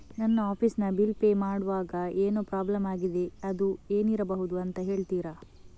ನನ್ನ ಆಫೀಸ್ ನ bill pay ಮಾಡ್ವಾಗ ಏನೋ ಪ್ರಾಬ್ಲಮ್ ಆಗಿದೆ ಅದು ಏನಿರಬಹುದು ಅಂತ ಹೇಳ್ತೀರಾ?